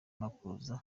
makuza